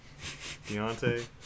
Deontay